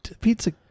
pizza